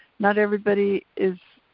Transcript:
not everybody is